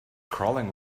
crawling